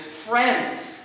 friends